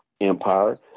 Empire